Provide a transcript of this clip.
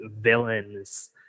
villains